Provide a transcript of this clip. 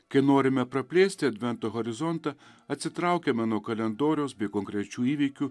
kai norime praplėsti advento horizontą atsitraukiame nuo kalendoriaus bei konkrečių įvykių